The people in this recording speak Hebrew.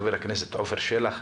חבר הכנסת עופר שלח,